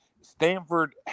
Stanford